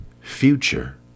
future